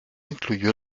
incluyó